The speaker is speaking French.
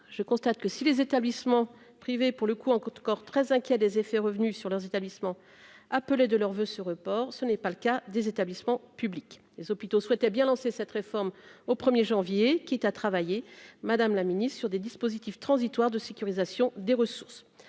je constate que si les établissements privés, pour le coup, en Côte corps très inquiets des effets revenus sur leurs établissements appelé de leurs voeux, ce report, ce n'est pas le cas des établissements publics, les hôpitaux souhaitait bien lancé cette réforme au 1er janvier qui est à travailler, Madame la Ministre, sur des dispositifs transitoires de sécurisation des ressources,